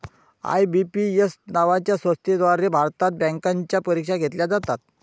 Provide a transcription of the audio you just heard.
IBPS नावाच्या संस्थेद्वारे भारतात बँकांच्या परीक्षा घेतल्या जातात